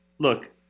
Look